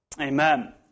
Amen